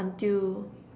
until